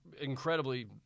incredibly